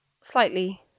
slightly